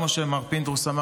כמו שאמר פינדרוס,